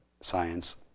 science